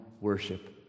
worship